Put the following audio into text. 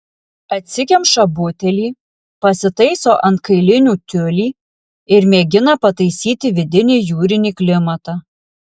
atsikemša butelį pasitaiso ant kailinių tiulį ir mėgina pataisyti vidinį jūrinį klimatą